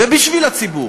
ובשביל הציבור.